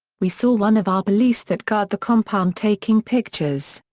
we saw one of our police that guard the compound taking pictures.